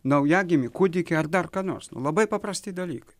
naujagimį kūdikį ar dar ką nors labai paprasti dalykai